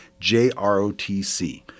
JROTC